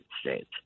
States